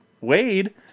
Wade